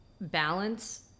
balance